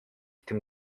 tym